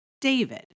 David